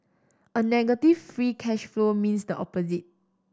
a negative free cash flow means the opposite